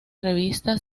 revista